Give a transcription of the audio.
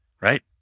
right